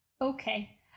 Okay